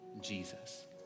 Jesus